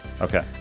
Okay